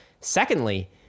secondly